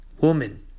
Woman